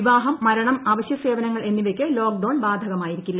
വിവാഹം മരണം അവശ്യസേവനങ്ങൾ എന്നിവയ്ക്ക് ലോക്ക് ഡൌൺ ബാധകമായിരിക്കില്ല